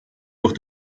durch